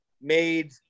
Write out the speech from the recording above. made